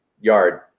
yard